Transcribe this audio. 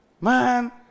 Man